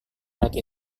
laki